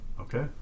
Okay